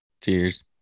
cheers